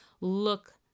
look